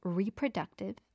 reproductive